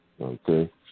Okay